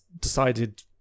decided